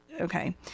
okay